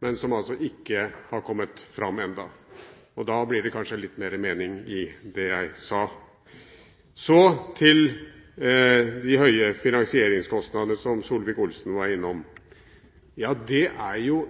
men som altså ikke har kommet fram ennå. Da blir det kanskje litt mer mening i det jeg sa. Så til de høye finansieringskostnadene som Solvik-Olsen var innom. Det er jo